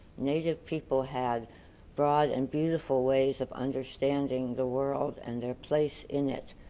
native people had broad and beautiful ways of understanding the world and their place in it,